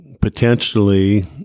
potentially